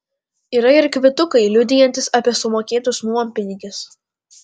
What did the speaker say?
yra ir kvitukai liudijantys apie sumokėtus nuompinigius